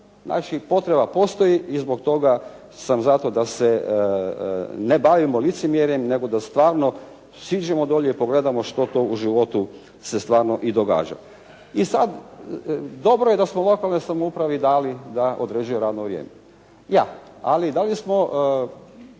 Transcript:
Znači potreba postoji i zbog toga sam zato da se ne bavimo licemjerjem nego da stvarno siđimo dolje i pogledamo što to u životu se stvarno i događa. I sada dobro je da smo lokalnoj samoupravi dali da određuje radno vrijeme. Je, ali da li smo